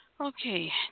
Okay